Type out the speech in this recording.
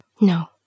No